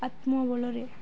ଆତ୍ମବଳରେ